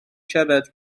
siarad